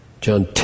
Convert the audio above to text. John